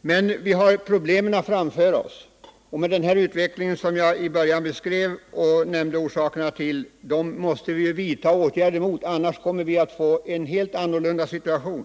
Men vi har problemen framför oss, och den utveckling som jag i början av mitt anförande beskrev och nämnde orsakerna till måste vi vidta åtgärder mot; annars kommer vi att få en helt annan situation.